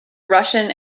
russian